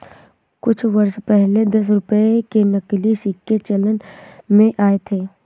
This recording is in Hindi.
कुछ वर्ष पहले दस रुपये के नकली सिक्के चलन में आये थे